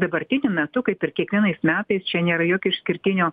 dabartiniu metu kaip ir kiekvienais metais čia nėra jokio išskirtinio